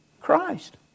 Christ